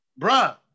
Bruh